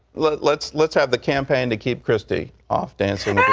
like let's let's have the campaign to keep kristi off dancing yeah